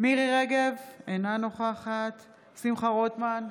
מירי מרים רגב, אינה נוכחת שמחה רוטמן,